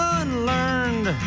unlearned